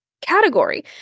category